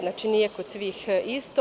Znači, nije kod svih isto.